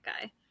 guy